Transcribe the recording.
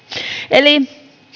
eli